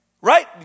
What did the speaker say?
right